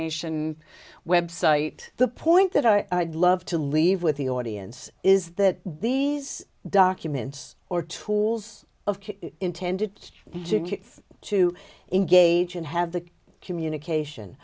nation website the point that i'd love to leave with the audience is that these documents or tools of kit intended to engage and have the communication